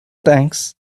thanks